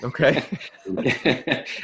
Okay